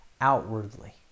outwardly